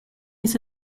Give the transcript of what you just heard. his